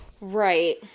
Right